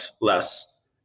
less